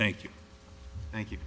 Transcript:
thank you thank you